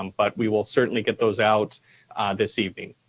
um but we will certainly get those out this evening.